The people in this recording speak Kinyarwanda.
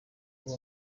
uwo